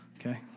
okay